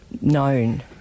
known